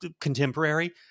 contemporary